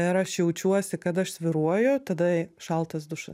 ir aš jaučiuosi kad aš svyruoju tada šaltas dušas